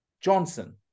Johnson